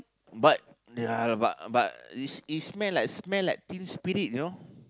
but ya but but is is smell like smell like team spirit you know